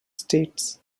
states